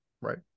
Right